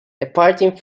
departing